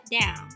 down